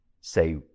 say